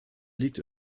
liegt